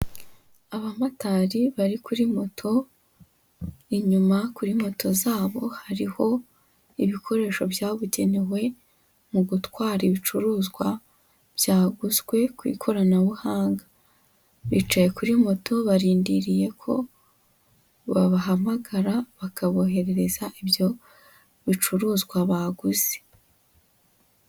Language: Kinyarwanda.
Abamotari bari kuri moto, inyuma kuri moto zabo hariho ibikoresho byabugenewe, mu gutwara ibicuruzwa, byaguzwe ku ikoranabuhanga, bicaye kuri moto, barindiriye ko babahamagara, bakaboherereza ibyo bicuruzwa baguze.